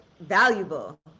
valuable